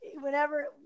Whenever